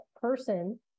person